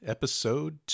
Episode